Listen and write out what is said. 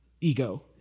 ego